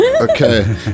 Okay